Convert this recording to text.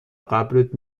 قبرت